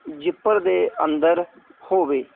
zipper ਦੇ ਅੰਦਰ ਹੋਵੇ